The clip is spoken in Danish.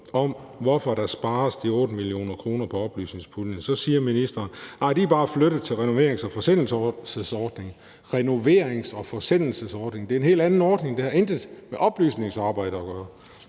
om, hvorfor der spares de 8 mio. kr. på oplysningspuljen, så siger ministeren, at de bare er flyttet til renoverings- og forsendelsesordningen – renoverings- og forsendelsesordningen! Det er en helt anden ordning, og det har intet med oplysningsarbejde at gøre.